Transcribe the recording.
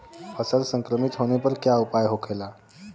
फसल संक्रमित होने पर क्या उपाय होखेला?